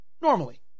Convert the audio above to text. normally